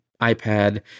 iPad